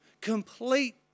complete